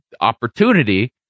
opportunity